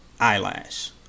Eyelash